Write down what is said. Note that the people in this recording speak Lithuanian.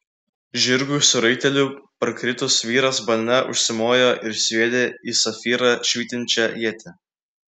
žirgui su raiteliu parkritus vyras balne užsimojo ir sviedė į safyrą švytinčią ietį